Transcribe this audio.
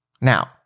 Now